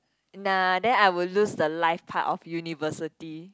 nah then I would lose the life part of university